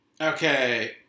Okay